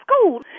school